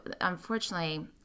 unfortunately